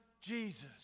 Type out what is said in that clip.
Jesus